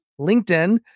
LinkedIn